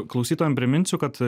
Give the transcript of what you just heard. klausytojam priminsiu kad